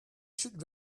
should